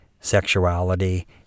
sexuality